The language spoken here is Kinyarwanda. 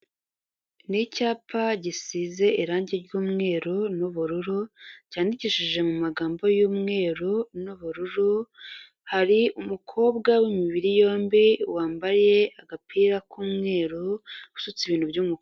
Ni Icyapa gisize irangi ry'umweru n'ubururu cyandikishije mu magambo y'umweru n'ubururu hari umukobwa w'imibiri yombi wambaye agapira k'umweru usutse ibintu by'umu.